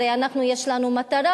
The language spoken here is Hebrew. הרי יש לנו מטרה,